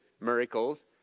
miracles